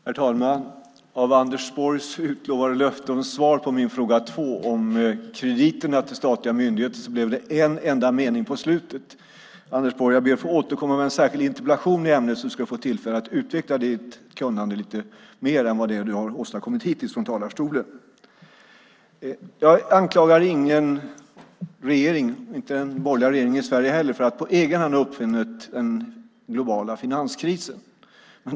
Herr talman! Av Anders Borgs utlovade svar på min fråga två om krediterna till statliga myndigheter blev det ett enda svar på slutet. Jag ber att få återkomma med en särskild interpellation i ämnet, Anders Borg, så att du får tillfälle att utveckla ditt kunnande lite mer än vad du har gjort hittills från talarstolen. Jag anklagar ingen regering, och inte heller den borgerliga regeringen i Sverige, för att på egen hand har uppfunnit den globala finanskrisen.